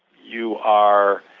you are